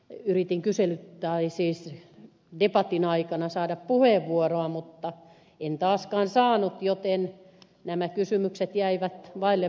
yritin debatin aikana saada puheenvuoroa mutta en taaskaan saanut joten nämä kysymykset jäivät vaille vastausta